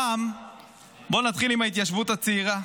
הפעם בואו נתחיל עם ההתיישבות הצעירה.